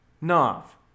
Nov